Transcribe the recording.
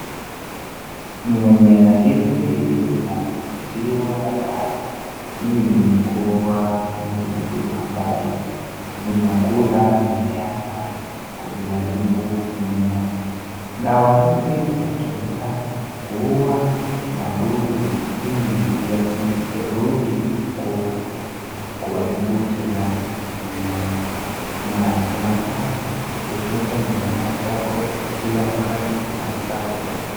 Mimea hizi zinanyunyiziwa dawa ili kuua vidudu ambavyo vinakula mimea na kuviharibu mimea. Dawa hizi zinatumika kuua madudu ili yasirudi kuharibu tena mimea na inafaa uchunge mimea zako kila wakati na saa popote.